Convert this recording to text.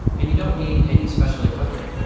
and you don't need any special equipment.